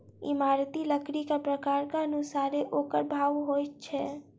इमारती लकड़ीक प्रकारक अनुसारेँ ओकर भाव होइत छै